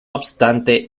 obstante